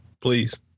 Please